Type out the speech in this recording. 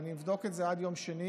ושאני אבדוק את זה עד יום שני,